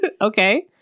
Okay